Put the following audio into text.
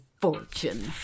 fortune